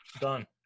Done